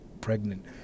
pregnant